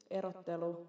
erottelu